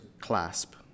clasp